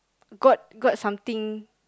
got got something